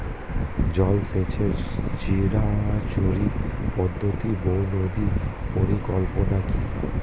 জল সেচের চিরাচরিত পদ্ধতি বহু নদী পরিকল্পনা কি?